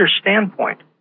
standpoint